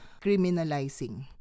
criminalizing